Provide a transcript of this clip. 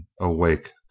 awake